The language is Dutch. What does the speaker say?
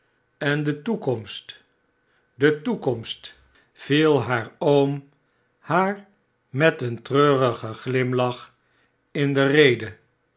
en de toekomst de toekomst viel haar oom haar met een treurigen glimlach in de rede